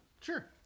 Sure